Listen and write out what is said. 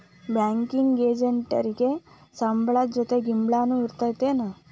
Banking ಎಜೆಂಟಿಗೆ ಸಂಬ್ಳದ್ ಜೊತಿ ಗಿಂಬ್ಳಾನು ಇರ್ತದೇನ್?